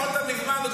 יכולתם מזמן.